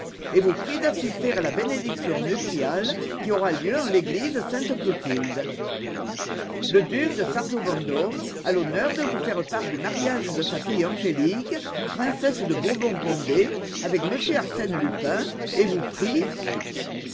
et vous prie d'assister à la bénédiction nuptiale qui aura lieu en l'église sainte clothilde le duc de sarzeau vendôme a l'honneur de vous faire part du mariage de sa fille angélique princesse de bourbon condé avec monsieur arsène lupin et vous prie